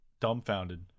dumbfounded